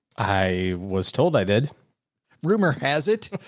i was told i did rumor has it.